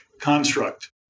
construct